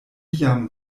jam